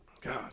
God